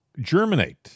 germinate